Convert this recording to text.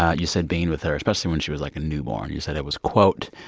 ah you said being with her, especially when she was, like, a newborn, you said it was, quote,